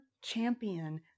champion